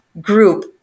group